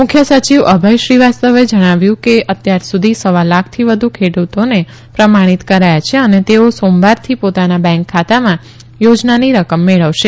મુખ્ય સચિવ અભય શ્રીવાસ્તવે જણાવ્યું છે કે અત્યાર સુધી સવા લાખથી વધુ ખેડૂતોને પ્રમાણિત કરાયા છે અને તેઓ સોમવારથી ઊતાના બેન્ક ખાતામાં યોજનાની રકમ મેળવશે